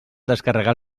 descarregar